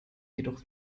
jedoch